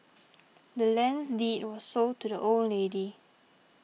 the land's deed was sold to the old lady